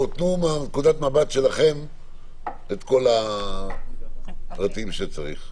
תנו לנו מנקודת המבט שלכם את כל הפרטים שצריך.